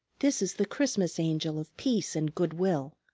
this is the christmas angel of peace and good-will.